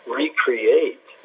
recreate